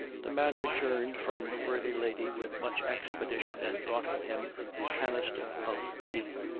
the man returned from the worthy lady with much expedition, and brought with him a canister of tea,